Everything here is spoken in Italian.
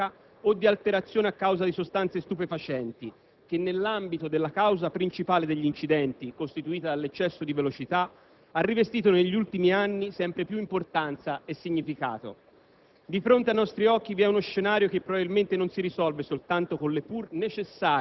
Amplificati, giustamente, sono stati i comportamenti di guida in stato di ebbrezza alcolica o di alterazione a causa di sostanze stupefacenti che, nell'ambito della causa principale degli incidenti costituita dall'eccesso di velocità, ha rivestito negli ultimi anni sempre più importanza e significato.